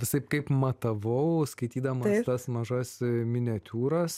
visaip kaip matavau skaitydamas tas mažas miniatiūras